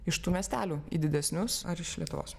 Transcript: iš tų miestelių į didesnius ar iš lietuvos